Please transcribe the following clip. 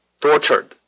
tortured